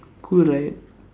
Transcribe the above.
cool right